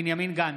נגד בנימין גנץ,